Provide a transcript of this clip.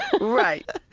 right